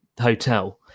hotel